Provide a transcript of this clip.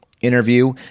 interview